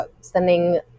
sending